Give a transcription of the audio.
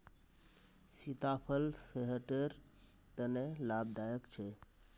सीताफल सेहटर तने लाभदायक छे